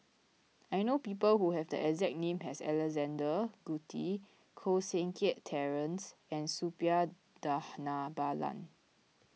I know people who have the exact name as Alexander Guthrie Koh Seng Kiat Terence and Suppiah Dhanabalan